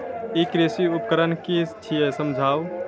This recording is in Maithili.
ई कृषि उपकरण कि छियै समझाऊ?